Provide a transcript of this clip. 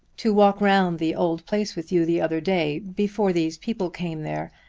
to walk round the old place with you the other day before these people came there,